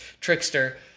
trickster